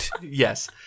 Yes